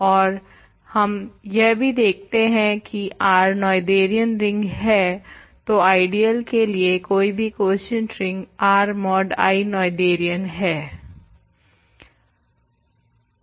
और हम यह भी देखते हैं की R नोएथेरियन रिंग है तो आइडियल के लिए कोई भी quotient ring R mod I Noetherian है